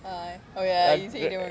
ah oh ya you said you didn't want to